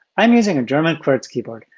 i'm using a german qwertz keyboard,